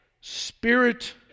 spirit